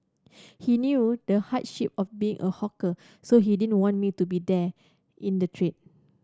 he knew the hardship of being a hawker so he didn't want me to be there in the trade